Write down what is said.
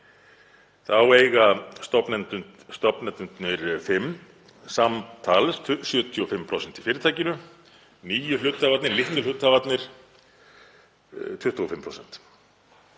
Þá eiga stofnendurnir fimm samtals 75% í fyrirtækinu, nýju hluthafarnir, litlu hluthafarnir 25%.